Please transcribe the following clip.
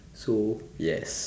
so yes